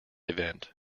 event